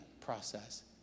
process